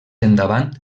endavant